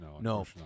no